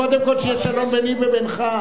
קודם כול שיהיה שלום ביני ובינך,